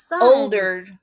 older